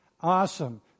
Awesome